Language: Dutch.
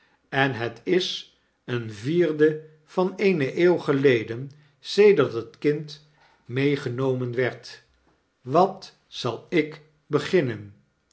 en het is een vierde van eene eeuw geleden sedert het kind meegenomen werd wat zal ik beginnen